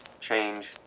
change